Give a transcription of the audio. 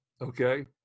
Okay